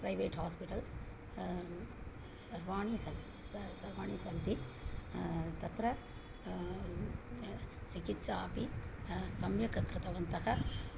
private hospitals सर्वाणि सन्ति स सर्वाणि सन्ति तत्र चिकित्सा अपि सम्यक् कृतवन्तः